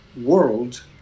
world